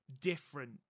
different